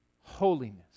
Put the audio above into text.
holiness